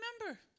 remember